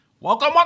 Welcome